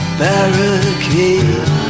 barricade